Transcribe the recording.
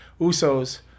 Usos